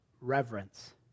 reverence